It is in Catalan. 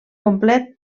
complet